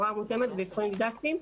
הוראה מותאמת ואבחונים דידקטיים,